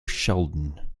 sheldon